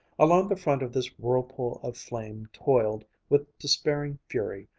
along the front of this whirlpool of flame toiled, with despairing fury,